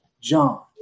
John